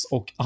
Och